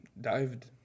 Dived